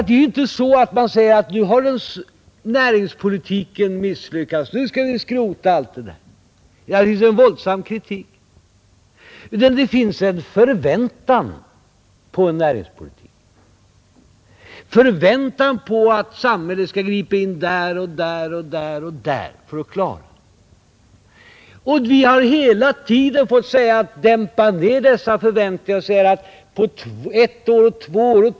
Det är ju inte så att man där riktar en våldsam kritik mot näringspolitiken och säger att den har misslyckats och att vi nu skall skrota allt det där. Det finns i stället en förväntan på en näringspolitik, en förväntan på att samhället skall gripa in där och där och där för att klara problemen. Vi har hela tiden fått säga: Dämpa ned dessa förväntningar och ställ inte in dem på ett, två och tre års sikt!